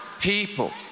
people